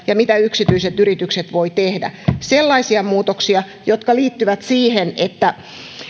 ja mitä yksityiset yritykset voivat tehdä sellaisia muutoksia jotka liittyvät siihen että